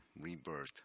Rebirth